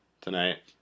tonight